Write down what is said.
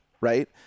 right